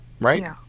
Right